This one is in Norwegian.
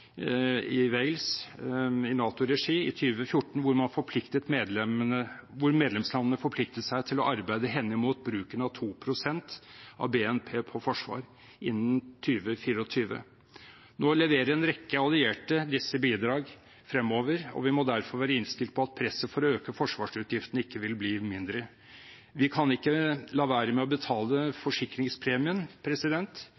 i Wales i NATO-regi i 2014, hvor medlemslandene forpliktet seg til å arbeide henimot bruken av 2 pst. av BNP på forsvar innen 2024. Nå leverer en rekke allierte disse bidrag fremover. Vi må derfor være innstilt på at presset for å øke forsvarsutgiftene ikke vil bli mindre. Vi kan ikke la være å betale